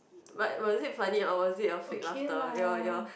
but but was it funny or it's a bit of fake laughter your your